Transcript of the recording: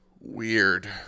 weird